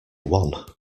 one